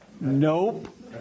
Nope